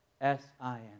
S-I-N